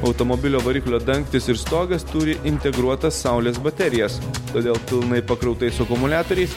automobilio variklio dangtis ir stogas turi integruotas saulės baterijas todėl pilnai pakrautais akumuliatoriais